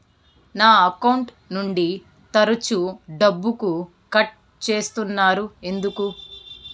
నా అకౌంట్ నుండి తరచు డబ్బుకు కట్ సేస్తున్నారు ఎందుకు